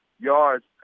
yards